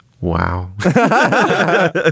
Wow